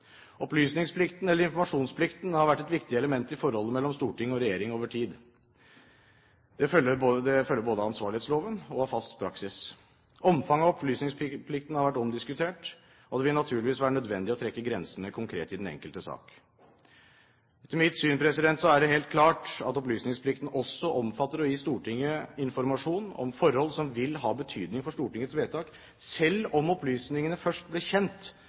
Opplysningsplikten, eller informasjonsplikten, har vært et viktig element i forholdet mellom storting og regjering over tid. Den følger både av ansvarlighetsloven og av fast praksis. Omfanget av opplysningsplikten har vært omdiskutert, og det vil naturligvis være nødvendig å trekke grensene konkret i den enkelte sak. Etter mitt syn er det klart at opplysningsplikten også omfatter å gi Stortinget informasjon om forhold som vil ha betydning for Stortingets vedtak, selv om opplysningene først ble kjent